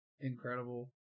Incredible